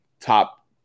top